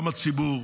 גם הציבור,